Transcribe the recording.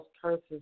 curses